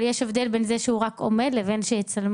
אבל יש הבדל בין זה שהוא רק עומד לבין שיצלמו,